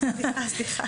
אושרה.